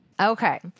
Okay